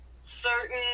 certain